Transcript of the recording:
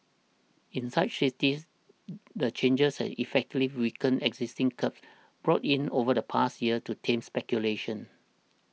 in such cities the changes have effectively weakened existing curbs brought in over the past year to tame speculation